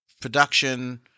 production